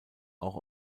auch